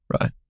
Right